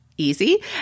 easy